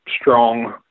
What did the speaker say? strong